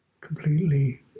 completely